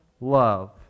love